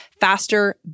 faster